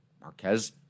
Marquez